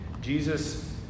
Jesus